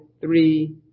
three